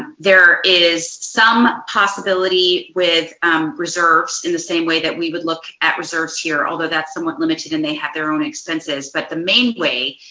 there is some possibility with reserves in the same way that we would look at reserves here, although that's somewhat limited, and they have their own expenses. but the main way,